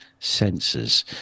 sensors